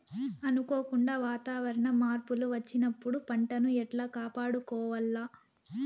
అనుకోకుండా వాతావరణ మార్పులు వచ్చినప్పుడు పంటను ఎట్లా కాపాడుకోవాల్ల?